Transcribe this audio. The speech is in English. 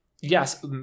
yes